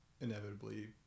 inevitably